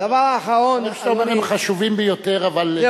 הדבר האחרון, אני אומר, הם חשובים ביותר, אבל,